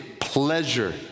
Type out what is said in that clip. pleasure